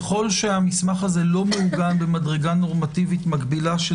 ככל שהמסמך הזה לא מעוגן במדרגה נורמטיבית מקבילה של